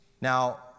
Now